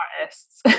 artists